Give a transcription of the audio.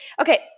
Okay